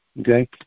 okay